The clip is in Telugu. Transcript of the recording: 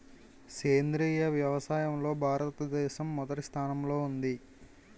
సేంద్రీయ వ్యవసాయంలో భారతదేశం మొదటి స్థానంలో ఉంది